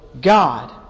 God